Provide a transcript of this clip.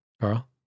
Carl